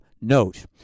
note